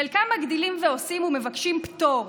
חלקם מגדילים ועושים ומבקשים פטור,